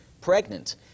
pregnant